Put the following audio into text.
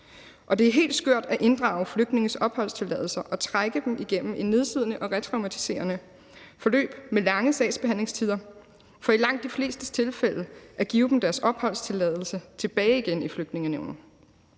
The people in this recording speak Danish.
Og det er helt skørt at inddrage flygtninges opholdstilladelser og trække dem igennem et nedslidende og retraumatiserende forløb med lange sagsbehandlingstider for i langt de fleste tilfælde at give dem deres opholdstilladelse tilbage igen i Flygtningenævnet.